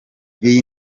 iyi